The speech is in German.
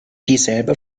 dieselbe